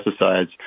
pesticides